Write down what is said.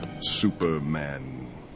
Superman